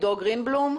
עידו גרינבלום,